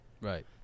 Right